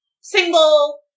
single